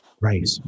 right